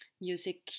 music